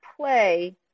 play